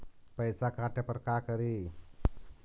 पैसा काटे पर का करि?